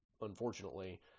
unfortunately